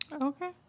Okay